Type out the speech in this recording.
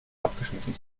abgeschnitten